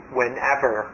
whenever